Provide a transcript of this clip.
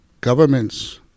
governments